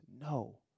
No